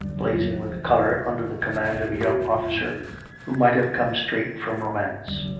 blazing with colour, under the command of a young officer who might have come straight from romance.